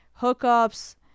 hookups